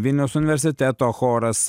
vilniaus universiteto choras